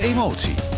Emotie